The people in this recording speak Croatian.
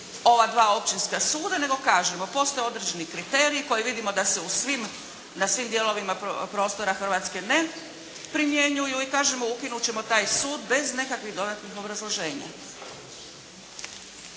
ova dva općinska suda nego kažemo postoje određeni kriteriji koje vidimo da se na svim dijelovima prostora Hrvatske ne primjenjuju i kažemo ukinut ćemo taj sud bez nekakvih dodatnih obrazloženja.